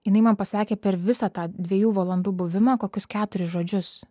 jinai man pasakė per visą tą dviejų valandų buvimą kokius keturis žodžius